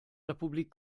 republik